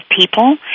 people